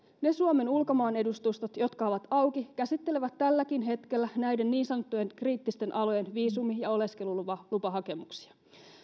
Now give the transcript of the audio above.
ne suomen ulkomaanedustustot jotka ovat auki käsittelevät tälläkin hetkellä näiden niin sanottujen kriittisten alojen viisumi ja oleskelulupahakemuksia